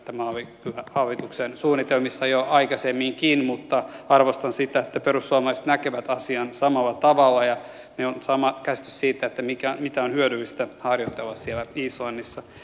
tämä oli kyllä hallituksen suunnitelmissa jo aikaisemminkin mutta arvostan sitä että perussuomalaiset näkevät asian samalla tavalla ja meillä on sama käsitys siitä mitä on hyödyllistä harjoitella siellä islannissa